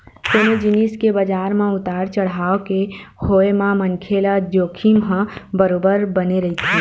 कोनो जिनिस के बजार म उतार चड़हाव के होय म मनखे ल जोखिम ह बरोबर बने रहिथे